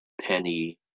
Penny